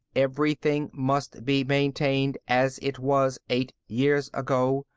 everything must be maintained as it was eight years ago,